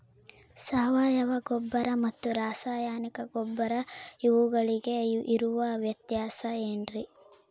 ಸಾವಯವ ಗೊಬ್ಬರ ಮತ್ತು ರಾಸಾಯನಿಕ ಗೊಬ್ಬರ ಇವುಗಳಿಗೆ ಇರುವ ವ್ಯತ್ಯಾಸ ಏನ್ರಿ?